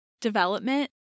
development